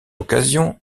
occasion